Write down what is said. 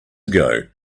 ago